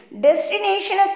Destination